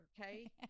okay